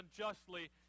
unjustly